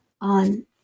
on